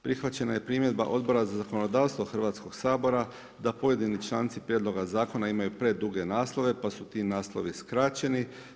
Prihvaćena je primjedba Odbora za zakonodavstvo Hrvatskog sabora da pojedini članci prijedloga zakona imaju preduge naslove, pa su ti naslovi skraćeni.